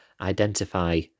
identify